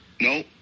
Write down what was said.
No